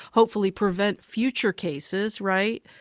hopefully prevent future cases, right?